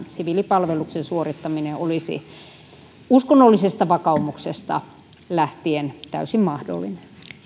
siviilipalveluksen suorittaminen olisi uskonnollisesta vakaumuksesta lähtien täysin mahdollinen